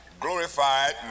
glorified